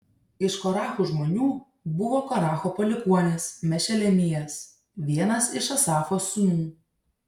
iš korachų žmonių buvo koracho palikuonis mešelemijas vienas iš asafo sūnų